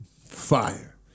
fire